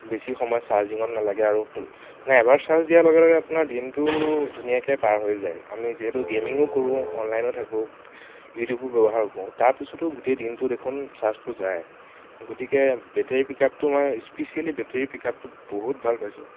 বেছি সময় চাৰ্জিঙত নালাগে আৰু মানে এবাৰ চাৰ্জ দিয়াৰ লগে লগে আপোনাৰ দিনটো ধুনীয়াকে পাৰ হৈ যায় আমি যিহেতু গেমিঙো কৰোঁ অনলাইনত থাকোঁ ইউটিউবো ব্যৱহাৰ কৰোঁ তাৰপিছতো গোটেই দিনটো দেখোন চাৰ্জটো যায় গতিকে বেটেৰী পিকআপটো মই স্পিচিয়েলী বেটেৰী পিকআপটো বহুত ভাল পাইছোঁ